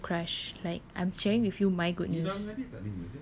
I'll be so crushed like I'm sharing with you my good news